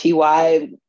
ty